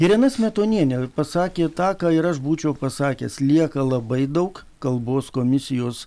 irena smetonienė pasakė tą ką ir aš būčiau pasakęs lieka labai daug kalbos komisijos